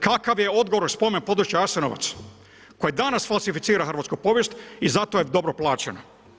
Kakav je odgovor spomen području Arsenovaca, koji danas falsificira hrvatsku povijest i za to je dobro plaćeno.